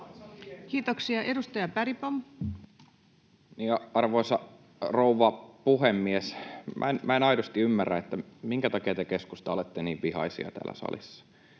Time: 22:46 Content: Arvoisa rouva puhemies! Minä en aidosti ymmärrä, minkä takia te, keskusta, olette niin vihaisia täällä salissa.